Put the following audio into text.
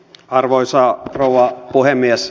arvoisa rouva puhemies